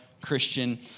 Christian